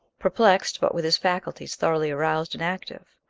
perplexed, but with his faculties thoroughly aroused and active,